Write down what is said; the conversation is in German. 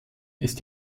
ist